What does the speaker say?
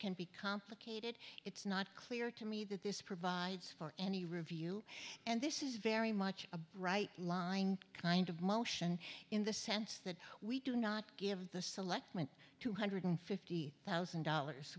can be complicated it's not clear to me that this provides for any review and this is very much a bright line kind of motion in the sense that we do not give the selectmen two hundred fifty thousand dollars